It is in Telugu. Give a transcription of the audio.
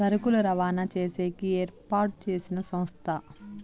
సరుకులు రవాణా చేసేకి ఏర్పాటు చేసిన సంస్థ